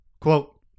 quote